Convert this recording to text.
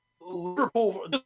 Liverpool